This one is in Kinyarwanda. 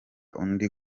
undi